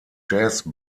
jazz